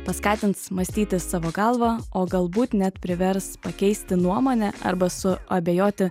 paskatins mąstyti savo galva o galbūt net privers pakeisti nuomonę arba suabejoti